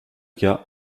cas